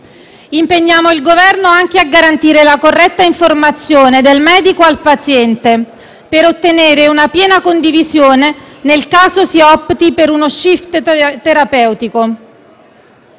Impegniamo altresì il Governo a garantire la corretta informazione del medico al paziente per ottenere una piena condivisione nel caso si opti per uno *shift* terapeutico.